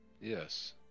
Yes